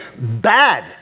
bad